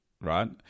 Right